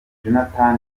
jonathan